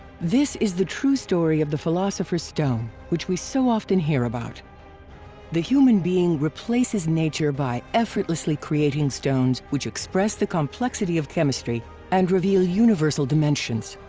this is the true story of the philosopher's stone which we so often hear about the human being replaces nature by effortlessly creating stones which express the complexity of chemistry and reveal universal dimensions.